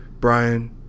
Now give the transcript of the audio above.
Brian